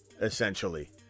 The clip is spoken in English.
essentially